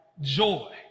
Joy